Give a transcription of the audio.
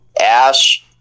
ash